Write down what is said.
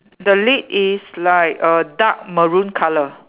the leg is like uh dark maroon colour